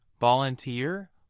volunteer